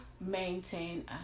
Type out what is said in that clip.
maintain